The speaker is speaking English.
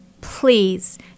Please